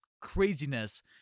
craziness